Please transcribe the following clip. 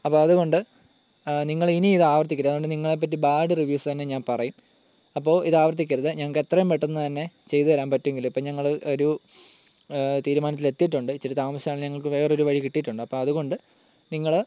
അപ്പോൾ അതുകൊണ്ട് നിങ്ങളിനി ഇത് ആവർത്തിക്കരുത് അതുകൊണ്ട് നിങ്ങളെപ്പറ്റി ബാഡ് റിവ്യൂസ് തന്നെ ഞാൻ പറയും അപ്പോൾ ഇതാവർത്തിക്കരുതേ ഞങ്ങൾക്ക് എത്രേയും പെട്ടെന്ന് തന്നെ ചെയ്ത് തരാൻ പറ്റുമെങ്കിൽ ഇപ്പോൾ ഞങ്ങൾ ഒരു തിരുമാനത്തിലെത്തിയിട്ടുണ്ട് ഇത്തിരി തമാസിച്ചാണെങ്കിലും ഞങ്ങൾക്ക് വേറൊരു വഴി കിട്ടിയിട്ടുണ്ട് അപ്പോൾ അതുകൊണ്ട് നിങ്ങൾ